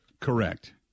Correct